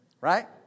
Right